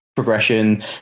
progression